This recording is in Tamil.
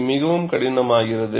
இது மிகவும் கடினமாகிறது